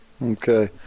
Okay